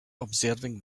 observing